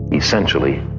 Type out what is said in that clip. essentially,